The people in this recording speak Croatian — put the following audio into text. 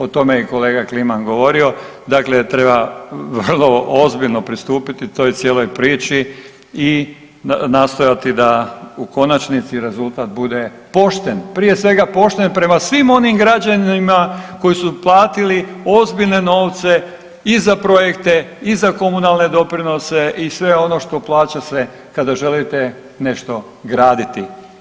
O tome je kolega Kliman govorio, dakle treba vrlo ozbiljno pristupiti toj cijeloj priči i nastojati da u konačnici rezultat bude pošten, prije svega pošten prema svim onim građanima koji su platili ozbiljne novce i za projekte i za komunalne doprinose i sve ono što plaća se kada želite nešto graditi.